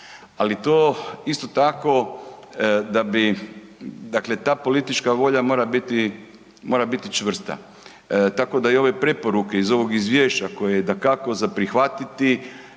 ali to isto tako da bi, dakle ta politička volja mora biti čvrsta. Tako da i ove preporuke iz ovog izvješća koje je dakako za prihvatiti